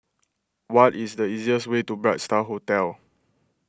what is the easiest way to Bright Star Hotel